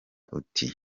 uti